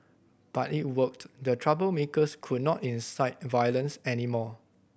but it worked the troublemakers could not incite violence anymore